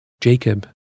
Jacob